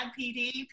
PD